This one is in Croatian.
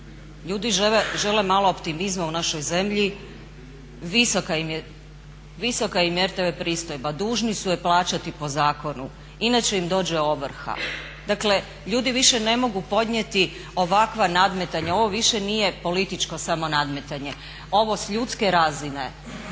ljudi žele malo optimizma u našoj zemlji. Visoka im je RTV pristojba, dužni su je plaćati po zakonu, inače im dođe ovrha. Dakle ljudi više ne mogu podnijeti ovakva nadmetanja, ovo više nije političko samo nadmetanje, ovo s ljudske razine